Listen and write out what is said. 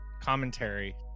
commentary